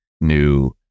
new